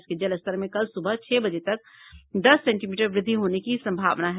इसके जलस्तर में कल सुबह छह बजे तक दस सेंटीमीटर वृद्धि होने की संभावना है